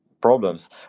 problems